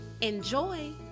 enjoy